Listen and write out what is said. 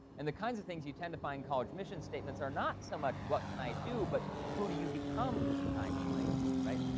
and the kinds of things you tend to find in college mission statements are not so much what can i do, but who do you become kind of language, right?